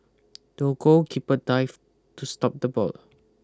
the goalkeeper dived to stop the ball